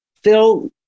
Phil